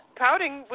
pouting